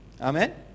Amen